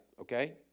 okay